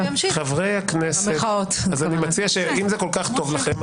אם זה כל כך טוב לכם,